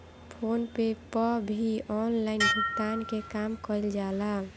phone पे पअ भी ऑनलाइन भुगतान के काम कईल जाला